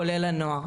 כולל הנוער,